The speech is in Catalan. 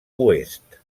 oest